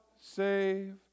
save